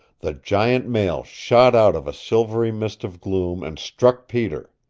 the giant male shot out of a silvery mist of gloom and struck peter.